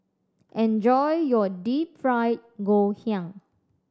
enjoy your Deep Fried Ngoh Hiang